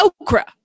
okra